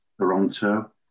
Toronto